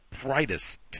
brightest